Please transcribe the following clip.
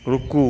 रुकू